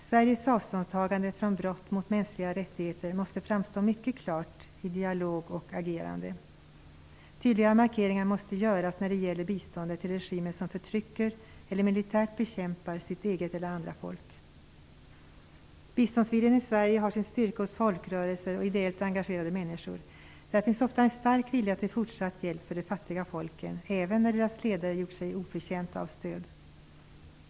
Sveriges avståndstagande från brott mot mänskliga rättigheter måste framstå mycket klart i dialog och agerande. Tydligare markeringar måste göras när det gäller bistånd till regimer som förtrycker eller militärt bekämpar sitt eget eller andra folk. Biståndsviljan i Sverige har sin styrka hos folkrörelser och ideellt engagerade människor. Där finns ofta en stark vilja till fortsatt hjälp för de fattiga folken, även när deras ledare gjort sig oförtjänta av stöd.